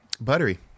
Buttery